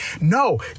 No